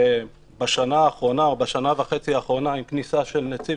בשנה וחצי האחרונה עם כניסתו של נציב